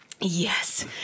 Yes